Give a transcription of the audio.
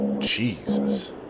Jesus